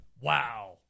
Wow